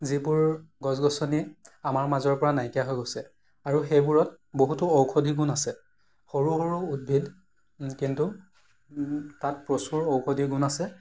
যিবোৰ গছ গছনি আমাৰ মাজৰ পৰা নাইকিয়া হৈ গৈছে আৰু সেইবোৰত বহুতো ঔষধি গুণ আছে সৰু সৰু উদ্ভিদ কিন্তু তাত প্ৰচুৰ ঔষধি গুণ আছে